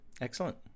Excellent